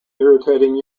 irritating